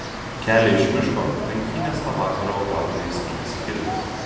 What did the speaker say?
kelią iš miško tankynės tą vakarą uogautojai skynėsi kirviais